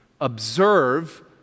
observe